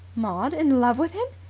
maud in love with him!